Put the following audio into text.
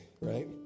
right